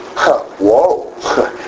whoa